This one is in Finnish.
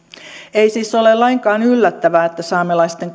ei siis ole lainkaan yllättävää että saamelaisten